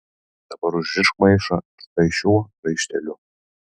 dabar užrišk maišą štai šiuo raišteliu